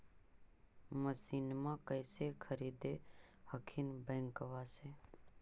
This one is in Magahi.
मसिनमा कैसे खरीदे हखिन बैंकबा से?